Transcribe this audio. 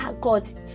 God